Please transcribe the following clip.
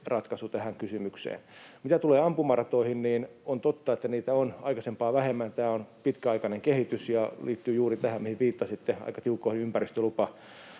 ratkaisu tähän kysymykseen. Mitä tulee ampumaratoihin, niin on totta, että niitä on aikaisempaa vähemmän. Tämä on pitkäaikainen kehitys ja liittyy juuri tähän, mihin viittasitte: aika tiukkoihin ympäristölupamääräyksiin.